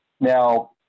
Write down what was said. Now